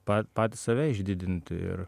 pa patys save išdidinti ir